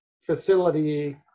facility